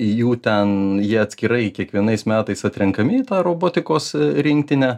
jų ten jie atskirai kiekvienais metais atrenkami į tą robotikos rinktinę